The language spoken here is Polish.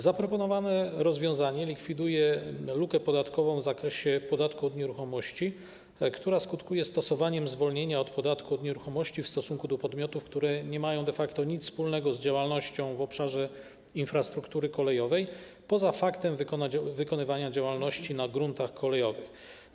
Zaproponowane rozwiązania likwidują lukę podatkową w zakresie podatku od nieruchomości, która skutkuje stosowaniem zwolnienia od podatku od nieruchomości w stosunku do podmiotów, które nie mają de facto nic wspólnego z działalnością w obszarze infrastruktury kolejowej poza faktem wykonywania działalności na gruntach kolejowych.